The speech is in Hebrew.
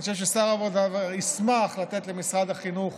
אני חושב ששר העבודה ישמח לתת למשרד החינוך